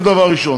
זה דבר ראשון.